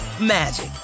magic